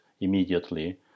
immediately